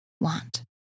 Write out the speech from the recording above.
want